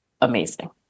amazing